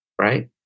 right